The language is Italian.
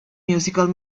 musical